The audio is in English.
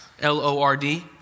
L-O-R-D